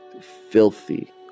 filthy